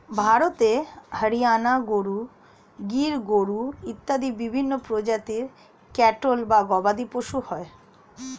ভারতে হরিয়ানা গরু, গির গরু ইত্যাদি বিভিন্ন প্রজাতির ক্যাটল বা গবাদিপশু হয়